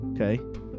Okay